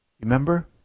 Remember